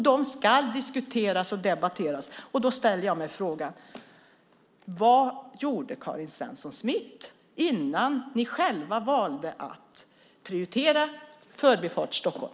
De ska diskuteras och debatteras, och därför frågar jag: Vad gjorde ni, Karin Svensson Smith, innan ni själva valde att prioritera Förbifart Stockholm?